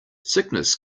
sickness